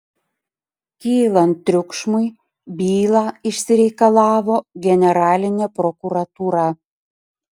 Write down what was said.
kylant triukšmui bylą išsireikalavo generalinė prokuratūra